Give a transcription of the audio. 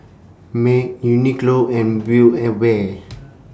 Mac Uniqlo and Build A Bear